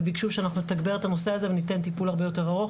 וביקשו שאנחנו נתגבר את הנושא הזה וניתן טיפול הרבה יותר ארוך.